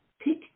pick